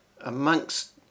amongst